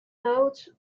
notes